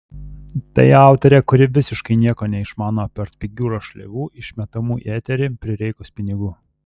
tai autorė kuri visiškai nieko neišmano apart pigių rašliavų išmetamų į eterį prireikus pinigų